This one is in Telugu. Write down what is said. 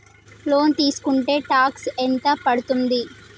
లోన్ తీస్కుంటే టాక్స్ ఎంత పడ్తుంది?